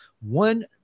One